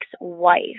wife